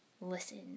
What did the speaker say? listen